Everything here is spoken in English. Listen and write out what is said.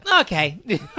Okay